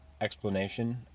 explanation